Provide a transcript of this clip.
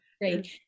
great